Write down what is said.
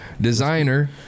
designer